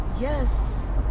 Yes